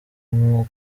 nko